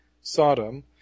Sodom